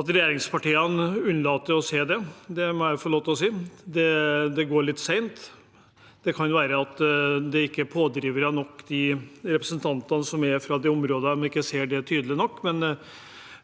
at regjeringspartiene unnlater å se det – det må jeg få lov til å si. Det går litt sent. Det kan være at det ikke er pådrivere nok blant representantene som er fra det området, at de ikke ser det tydelig nok, men